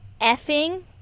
effing